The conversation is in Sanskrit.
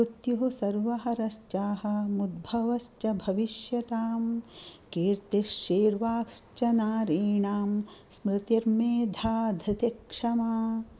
मृत्युः सर्वहरश्चाहमुद्भवश्च भविष्यताम् कीर्तिः श्रीर्वाक्च नारीणां स्मृतिर्मेधा धृतिः क्षमा